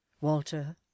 Walter